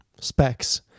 specs